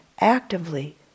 actively